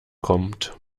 kommt